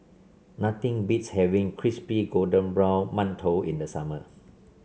nothing beats having Crispy Golden Brown Mantou in the summer